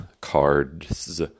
cards